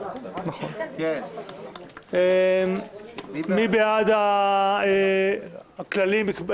-- נכון, מי בעד הכללים?